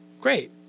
great